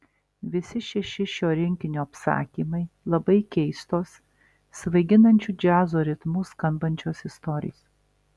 visi šeši šio rinkinio apsakymai labai keistos svaiginančiu džiazo ritmu skambančios istorijos